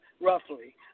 roughly